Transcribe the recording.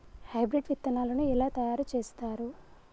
Hybrid విత్తనాలను ఎలా తయారు చేస్తారు?